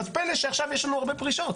אז פלא שעכשיו יש לנו הרבה פרישות?